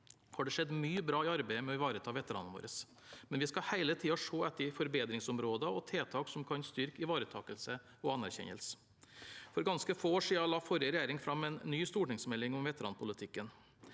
det skjedd mye bra i arbeidet med å ivareta veteranene våre. Likevel skal vi hele tiden se etter forbedringsområder og tiltak som kan styrke ivaretakelsen og anerkjennelsen. For ganske få år siden la forrige regjering fram en ny stortingsmelding om veteranpolitikken.